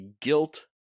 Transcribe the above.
guilt